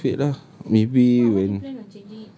ah then just wait lah maybe when